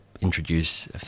introduce